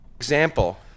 Example